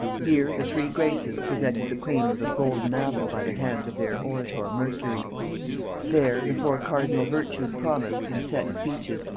here the three graces presented the queen with a golden apple by the hands of their orator mercury there the four cardinal virtues promised, in set speeches,